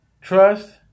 Trust